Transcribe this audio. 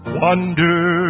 wonder